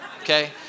Okay